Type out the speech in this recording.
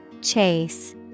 Chase